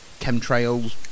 chemtrails